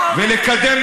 עיוורים?